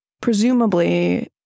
presumably